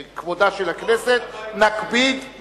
בכבודה של הכנסת, כבודו של הבית הזה.